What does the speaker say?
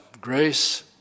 grace